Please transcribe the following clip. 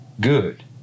good